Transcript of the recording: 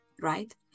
right